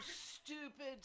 stupid